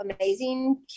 amazing